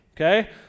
okay